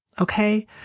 okay